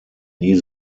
nie